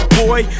boy